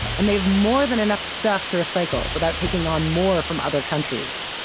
and they have more than enough stuff to recycle without taking on more from other countries.